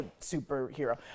superhero